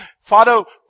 Father